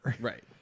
Right